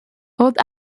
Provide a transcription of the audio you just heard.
both